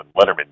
Letterman